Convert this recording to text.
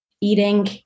eating